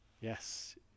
Yes